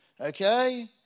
okay